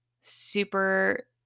super